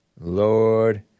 Lord